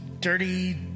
dirty